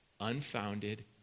Unfounded